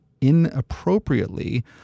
inappropriately